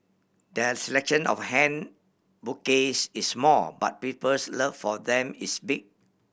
their selection of hand bouquets is small but people's love for them is big